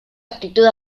actitud